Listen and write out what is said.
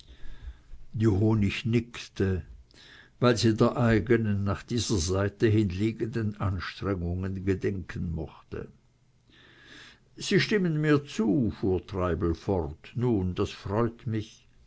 die honig nickte weil sie der eigenen nach dieser seite hin liegenden anstrengungen gedenken mochte sie stimmen mir zu fuhr treibel fort nun das freut mich